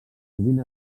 sovint